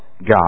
God